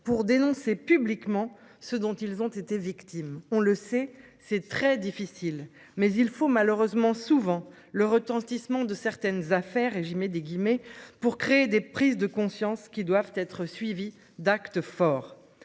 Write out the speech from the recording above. pour dénoncer publiquement ce dont ils ont été victimes. On le sait, c'est très difficile mais il faut malheureusement souvent le retentissement de certaines affaires et j'y mets des guillemets pour créer des prises de conscience qui doivent être suivis d'actes forts.